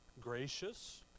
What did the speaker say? gracious